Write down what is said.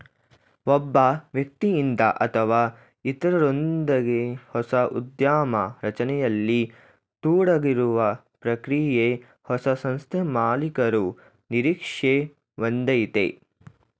ಒಬ್ಬ ವ್ಯಕ್ತಿಯಿಂದ ಅಥವಾ ಇತ್ರರೊಂದ್ಗೆ ಹೊಸ ಉದ್ಯಮ ರಚನೆಯಲ್ಲಿ ತೊಡಗಿರುವ ಪ್ರಕ್ರಿಯೆ ಹೊಸ ಸಂಸ್ಥೆಮಾಲೀಕರು ನಿರೀಕ್ಷೆ ಒಂದಯೈತೆ